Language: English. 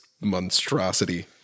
monstrosity